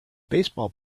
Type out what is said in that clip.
baseball